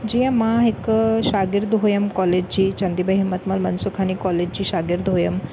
जीअं मां हिकु शागिर्द हुयमि कॉलेज जी चंदीबाई हिम्मतमल मनसुखानी कॉलेज जी शागिर्द हुयमि